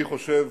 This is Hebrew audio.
אני חושב